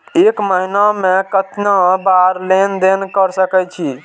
एक महीना में केतना बार लेन देन कर सके छी?